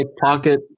Pocket